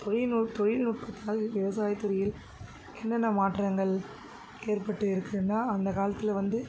தொழில்நு தொழில்நுட்பத்தால் விவசாயத்துறையில் என்னென்ன மாற்றங்கள் ஏற்பட்டு இருக்குதுன்னா அந்தக் காலத்தில் வந்து